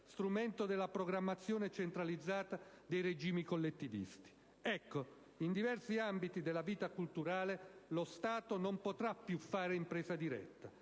strumento della programmazione centralizzata dei regimi collettivisti. Ecco, in diversi ambiti della vita culturale lo Stato non potrà più fare in presa diretta: